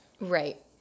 Right